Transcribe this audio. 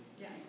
Yes